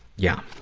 yeah.